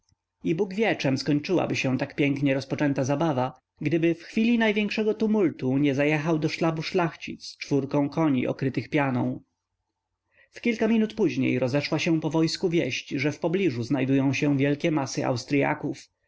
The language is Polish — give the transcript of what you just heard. i bóg wie czem skończyłaby się tak pięknie rozpoczęta zabawa gdyby w chwili największego tumultu nie zajechał do sztabu szlachcic czwórką koni okrytych pianą w kilka minut później rozeszła się po wojsku wieść że w pobliżu znajdują się wielkie masy austryaków